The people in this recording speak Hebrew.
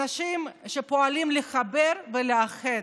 אנשים שפועלים לחבר ולאחד,